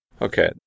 Okay